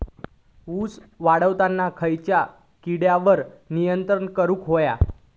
ऊस वाढताना खयच्या किडींवर नियंत्रण करुक व्हया?